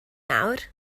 nawr